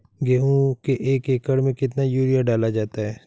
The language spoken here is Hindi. गेहूँ के एक एकड़ में कितना यूरिया डाला जाता है?